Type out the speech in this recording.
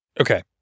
Okay